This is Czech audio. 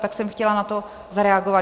Tak jsem chtěla na to zareagovat.